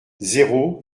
zéro